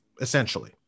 essentially